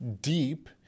deep